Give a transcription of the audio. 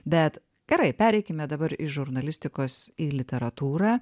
bet gerai pereikime dabar iš žurnalistikos į literatūrą